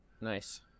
Nice